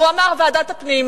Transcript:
הוא אמר ועדת הפנים,